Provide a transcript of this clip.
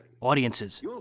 Audiences